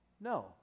no